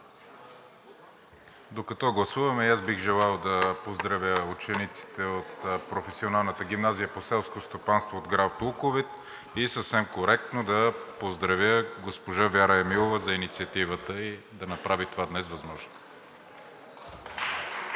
Докато гласуваме и аз бих желал да поздравя учениците от Професионалната гимназия по селско стопанство – град Луковит, и съвсем коректно да поздравя госпожа Вяра Емилова за инициативата ѝ да направи това днес възможно.